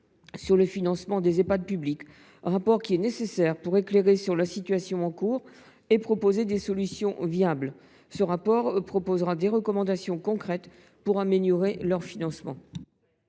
sur le financement des Ehpad publics, rapport nécessaire pour éclairer sur la situation en cours et proposer des solutions viables. Des recommandations concrètes pour améliorer ce financement